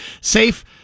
safe